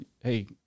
hey